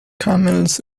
camels